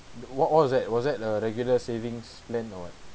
what was it was it a regular savings plan or what